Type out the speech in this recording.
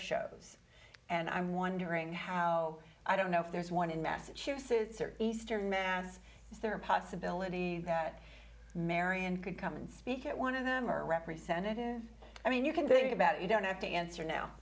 shows and i i'm wondering how i don't know if there's one in massachusetts or eastern mass is there a possibility that marian could come and speak at one of them are represented in i mean you can think about you don't have to answer now